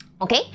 Okay